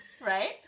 right